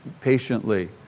patiently